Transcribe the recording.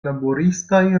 laboristaj